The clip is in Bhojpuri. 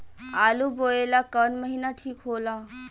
आलू बोए ला कवन महीना ठीक हो ला?